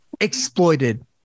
exploited